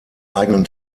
eigenen